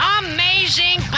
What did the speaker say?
amazing